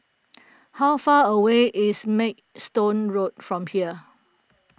how far away is Maidstone Road from here